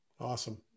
Awesome